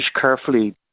carefully